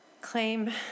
claim